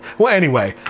well anyway,